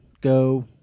go